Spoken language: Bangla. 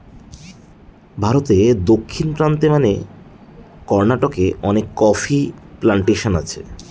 ভারতে দক্ষিণ প্রান্তে মানে কর্নাটকে অনেক কফি প্লানটেশন আছে